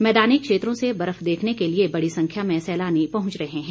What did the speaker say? मैदानी क्षेत्रों से बर्फ देखने के लिए बड़ी संख्या में सैलानी पहुंच रहे हैं